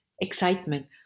excitement